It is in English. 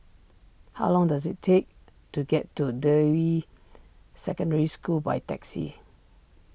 how long does it take to get to Deyi Secondary School by taxi